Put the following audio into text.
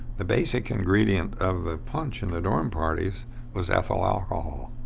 the basic ingredient of the punch in the dorm parties was ethyl alcohol